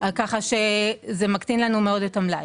ככה שזה מקטין לנו מאוד את המלאי.